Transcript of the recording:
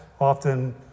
often